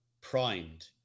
primed